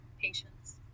patients